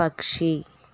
పక్షి